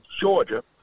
Georgia